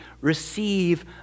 Receive